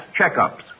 checkups